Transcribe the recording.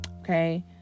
Okay